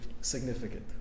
significant